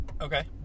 Okay